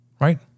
right